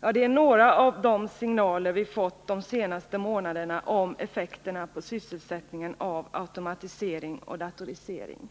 Ja, det är några av de signaler vi fått de senaste månaderna om effekterna på sysselsättningen av automatisering och datorisering.